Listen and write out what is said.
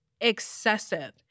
excessive